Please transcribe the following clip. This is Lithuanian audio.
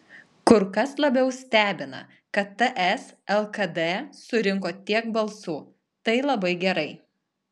kur kas labiau stebina kad ts lkd surinko tiek balsų tai labai gerai